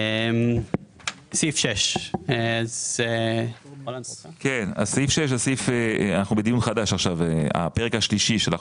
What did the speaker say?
סעיף 6, אנחנו בדיון חדש, הפרק השלישי של החוק.